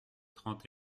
trente